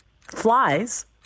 Flies